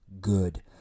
good